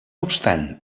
obstant